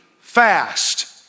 fast